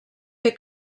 fer